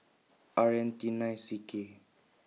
R N T nine C K